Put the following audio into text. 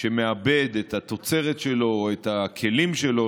שמאבד את התוצרת שלו או את הכלים שלו,